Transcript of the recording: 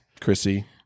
Chrissy